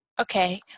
Okay